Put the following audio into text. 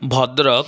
Bhadrak